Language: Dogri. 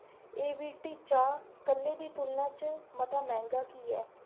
एवीटी चाह् कल्लै दी तुलना च मता मैंह्गा की ऐ